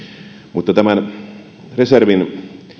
mutta tämän koulutetun reservin